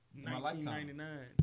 1999